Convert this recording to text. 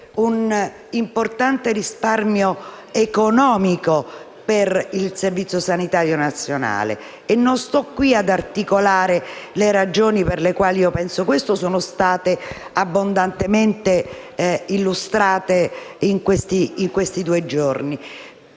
un importante risparmio economico per il Servizio sanitario nazionale. Non sto qui ad articolare le ragioni per le quali penso questo perché sono state abbondantemente illustrate in questi due giorni.